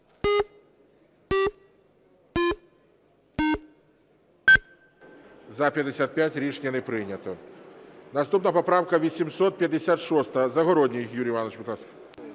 За-55 Рішення не прийнято. Наступна поправка 856. Загородній Юрій Іванович, будь ласка.